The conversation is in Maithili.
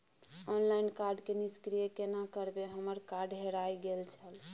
ऑनलाइन कार्ड के निष्क्रिय केना करबै हमर कार्ड हेराय गेल छल?